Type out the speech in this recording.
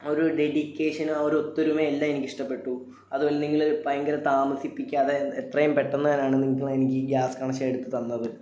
ആ ഒരു ഡെഡിക്കേഷൻ ആ ഒരു ഒത്തൊരുമയെല്ലാം എനിക്കിഷ്ടപ്പെട്ടു അതുപോലെ നിങ്ങള് ഭയങ്കര താമസിപ്പിക്കാതെ എത്രയും പെട്ടെന്ന് തന്നെയാണ് നിങ്ങൾ എനിക്ക് ഈ ഗ്യാസ് കണക്ഷെൻ എടുത്ത് തന്നത്